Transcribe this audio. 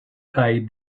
kaj